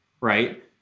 right